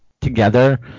together